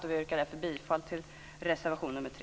Jag yrkar därför bifall till reservation nr 3.